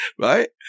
right